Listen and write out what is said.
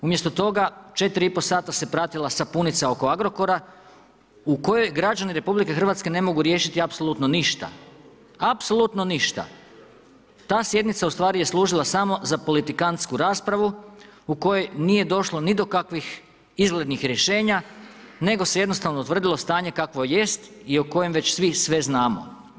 Umjesto toga 4,5 sata se pratila sapunica oko Agrokora u kojoj građani RH ne mogu riješiti apsolutno ništa, apsolutno ništa, ta sjednica je služila samo za politikantsku raspravu u kojoj nije došlo ni do kakvih izglednih rješenja nego se jednostavno utvrdilo stanje kakvoj jest i o kojem već svi sve znamo.